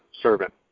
servant